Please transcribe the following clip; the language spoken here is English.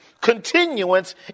continuance